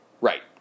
Right